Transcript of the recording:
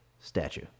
statue